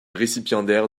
récipiendaire